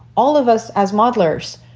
all of us as modelers.